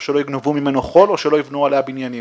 או שלא יגנבו ממנו חול או שלא יבנו עליה בניינים,